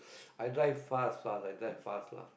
i drive fast fast i drive fast lah